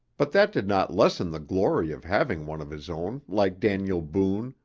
but that did not lessen the glory of having one of his own like daniel boone,